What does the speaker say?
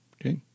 Okay